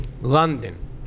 London